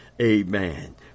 Amen